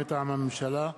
מטעם הממשלה: